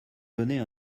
donner